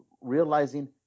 realizing